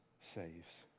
saves